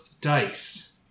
dice